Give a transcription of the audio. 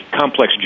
complex